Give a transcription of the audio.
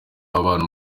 w’abana